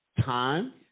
time